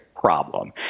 problem